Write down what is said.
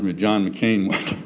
ah john mccain went,